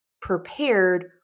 prepared